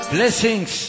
Blessings